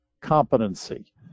competency